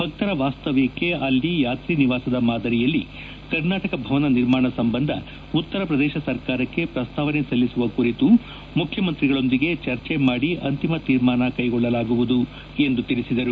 ಭಕ್ತರ ವಾಸ್ತವ್ಯಕ್ಷೆ ಅಲ್ಲಿ ಯಾತ್ರೀ ನಿವಾಸದ ಮಾದರಿಯಲ್ಲಿ ಕರ್ನಾಟಕ ಭವನ ನಿರ್ಮಾಣ ಸಂಬಂಧ ಉತ್ತರಪ್ರದೇಶ ಸರ್ಕಾರಕ್ಕೆ ಪ್ರಸ್ತಾವನೆ ಸಲ್ಲಿಸುವ ಕುರಿತು ಮುಖ್ಯಮಂತ್ರಿಗಳೊಂದಿಗೆ ಚರ್ಚೆ ಮಾಡಿ ಅಂತಿಮ ತೀರ್ಮಾನ ಕೈಗೊಳ್ಳಲಾಗುವುದು ಎಂದು ತಿಳಿಸಿದರು